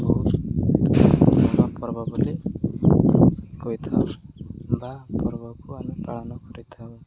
ଆମ ପର୍ବ ବୋଲି କହିଥାଉ ବା ପର୍ବକୁ ଆମେ ପାଳନ କରିଥାଉ